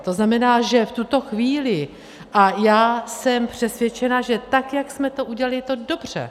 To znamená, že v tuto chvíli, a já jsem přesvědčena, že tak jak jsme to udělali, je to dobře.